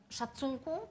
szacunku